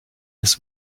his